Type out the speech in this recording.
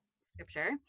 scripture